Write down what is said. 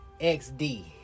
XD